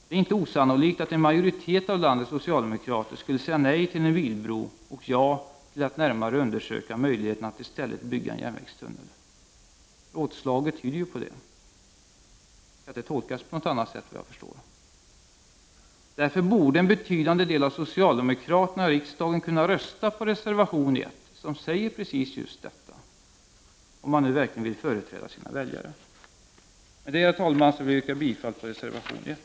Det är inte osannolikt att en majoritet av landets socialdemokrater skulle säga nej till en bilbro och ja till att närmare undersöka möjligheten att i stället bygga en järnvägstunnel. Rådslaget tyder ju på det. Det kan inte tolkas på annat sätt, vad jag förstår. Därför borde en betydande del av socialdemokraterna i riksdagen kunna rösta på reservation 1, som säger precis just detta, om de nu verkligen vill företräda sina väljare. Med det, herr talman, ber jag att få yrka bifall till reservation 1.